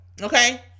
Okay